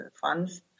funds